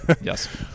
yes